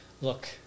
look